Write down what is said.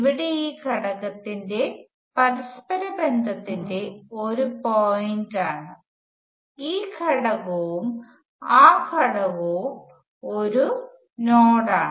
ഇവിടെ ഈ ഘടകത്തിന്റെ പരസ്പര ബന്ധത്തിന്റെ ഒരു പോയിന്റാണ് ഈ ഘടകവും ആ ഘടകവും ഒരു നോഡാണ്